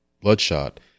Bloodshot